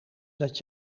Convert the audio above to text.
dat